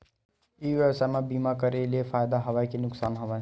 ई व्यवसाय म बीमा करे ले फ़ायदा हवय के नुकसान हवय?